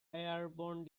airborne